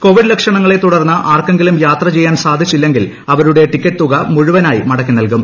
Covid ലക്ഷണങ്ങളെത്തുടർന്ന് ആർക്കെങ്കിലും യാത്ര ചെയ്യാൻ സാധിച്ചില്ലെങ്കിൽ അവരുടെ ടിക്കറ്റ് തുകയും മുഴുവനായി മടക്കി നൽകും